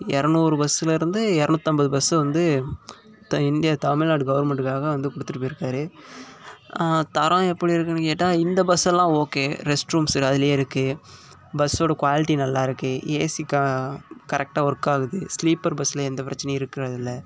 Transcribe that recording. இரநூறு பஸ்சில் இருந்து இரநூத்தம்பது பஸ்ஸு வந்து த இந்தியா தமிழ்நாடு கவர்மெண்ட்டுக்காக வந்து கொடுத்துட்டு போயிருக்கார் தரம் எப்படி இருக்குதுனு கேட்டால் இந்த பஸ்ஸெல்லாம் ஓகே ரெஸ்ட் ரூம்ஸ் அதுலேயே இருக்குது பஸ்ஸோடய குவாலிட்டி நல்லாயிருக்கு ஏசி கா கரெக்டாக ஒர்க் ஆகுது ஸ்லீப்பர் பஸ்சில் எந்த பிரச்சினையும் இருக்கிறதில்ல